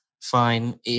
fine